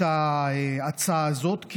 את ההצעה הזאת?